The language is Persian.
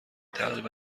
تقریبا